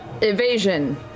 Evasion